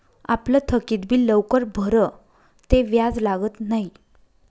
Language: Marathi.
आपलं थकीत बिल लवकर भरं ते व्याज लागत न्हयी